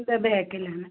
ഇപ്പം ബായ്ക്കിലാണ്